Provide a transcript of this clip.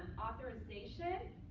authorization,